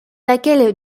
laquelle